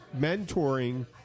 mentoring